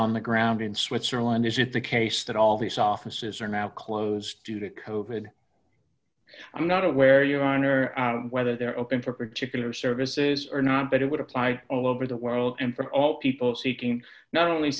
on the ground in switzerland is it the case that all these offices are now closed to the cokehead i'm not aware your honor whether they're open for particular services or not but it would apply all over the world and for all people seeking not only